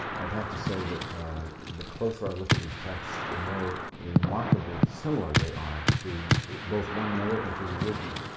i'd have to say that the closer i look at these texts, the more remarkably similar they are to both one another and to the original.